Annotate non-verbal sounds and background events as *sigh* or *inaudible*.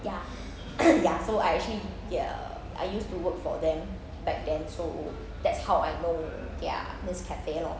ya *coughs* ya so I actually ya I used to work for them back then so that's how I know their this cafe lor